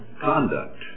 conduct